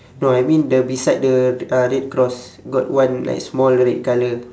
no I mean the beside the uh red cross got one like small red colour